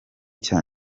cya